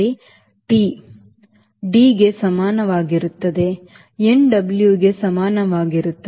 D ಗೆ ಸಮನಾಗಿರುತ್ತದೆ nW ಗೆ ಸಮಾನವಾಗಿರುತ್ತದೆ